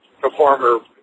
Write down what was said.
performer